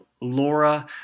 Laura